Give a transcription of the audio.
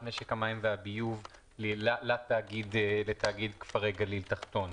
משק המים והביוב לתאגיד כפרי גליל תחתון.